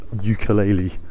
ukulele